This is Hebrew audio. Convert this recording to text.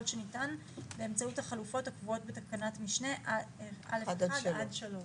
שניתן באמצעות החלופות הקבועות בתקנת משנה (א)(1) עד (3)